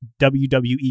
WWE